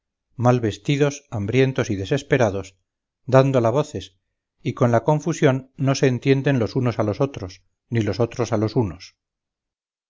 mal vestidos hambrientos y desesperados dándola voces y con la confusión no se entienden los unos a los otros ni los otros a los unos